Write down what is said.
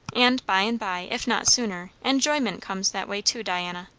and by and by, if not sooner, enjoyment comes that way too, diana.